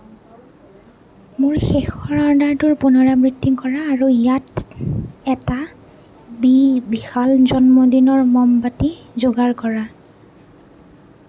মোৰ শেষৰ অৰ্ডাৰটোৰ পুনৰাবৃত্তি কৰা আৰু ইয়াত এটা বিশাল জন্মদিনৰ মমবাতি যোগ কৰা